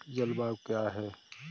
जलवायु क्या है?